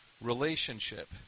relationship